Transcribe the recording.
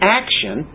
action